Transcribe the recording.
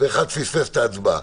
ואחד פספס את ההצבעה.